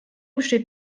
besteht